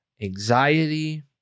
anxiety